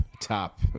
top